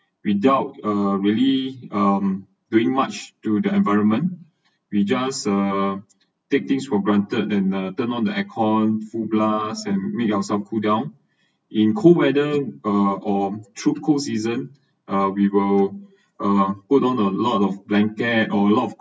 without uh really um doing much to the environment we just uh take things for granted and turn on the aircon full glass and make yourself cool down in cold weather uh or through cold season uh we will uh put on a lot of blankets or a lot of